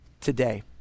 today